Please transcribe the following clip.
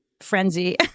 frenzy